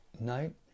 night